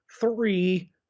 three